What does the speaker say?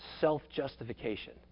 self-justification